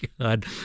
God